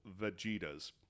Vegetas